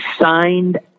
Signed